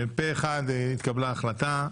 פה אחד, התקבלה ההחלטה.